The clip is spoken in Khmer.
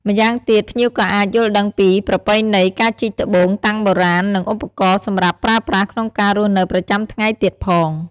ម៉្យាងទៀតភ្ញៀវក៏អាចយល់ដឹងពីប្រពៃណីការជីកត្បូងតាំងបុរាណនិងឱបករណ៍សម្រាប់ប្រើប្រាស់ក្នុងការរស់នៅប្រចាំថ្ងៃទៀតផង។